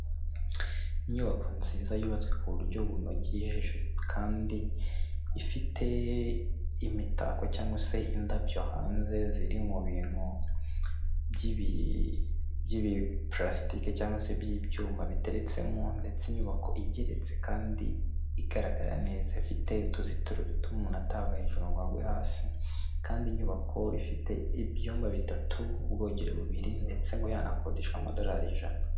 Inyubako nziza yubatswe ku buryo bunogejwe kandi ifite imitako cyangwa se indabyo hanze, ziri mu bintu by'ibipurasitiki cyangwa se by'ibyuma biteretsemo ndetse inyubako igeretse kandi igaragara neza. Ifite utuzitiro duto umuntu atava hejuru ngo agwe hasi kandi inyubako ifite ibyumba bitatu, ubwogero bubiri ndetse ngo yanakodeshwa amadorari ijana.